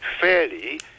fairly